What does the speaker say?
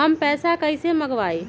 हम पैसा कईसे मंगवाई?